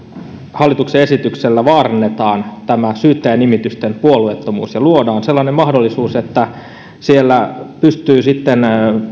hallituksen esityksellä vaarannetaan syyttäjänimitysten puolueettomuus ja luodaan sellainen mahdollisuus että siellä sitten